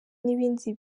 n’ibindi